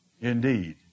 Indeed